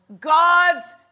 God's